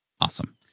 Awesome